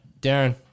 Darren